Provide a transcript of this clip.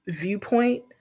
viewpoint